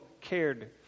cared